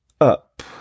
up